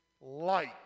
light